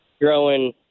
growing –